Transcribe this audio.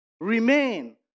remain